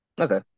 Okay